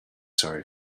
sorry